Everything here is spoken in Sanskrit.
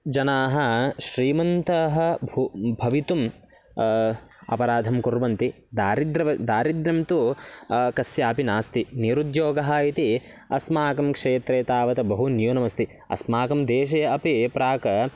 जनाः श्रीमन्तः भू भवितुम् अपराधं कुर्वन्ति दारिद्र्यं दारिद्र्यं तु कस्यापि नास्ति निरुद्योगः इति अस्माकं क्षेत्रे तावत् बहु न्यूनमस्ति अस्माकं देशे अपि प्राक्